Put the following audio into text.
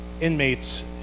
inmates